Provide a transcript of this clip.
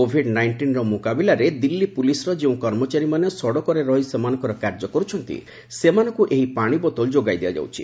Covid ନାଇଷ୍ଟିନ୍ର ମୁକାବିଲାରେ ଦିଲ୍ଲୀ ପୁଲିସ୍ର ଯେଉଁ କର୍ମଚାରୀମାନେ ସଡ଼କରେ ରହି ସେମାନଙ୍କର କାର୍ଯ୍ୟ କରୁଛନ୍ତି ସେମାନଙ୍କୁ ଏହି ପାଣି ବୋତଲ ଯୋଗାଇ ଦିଆଯାଉଛି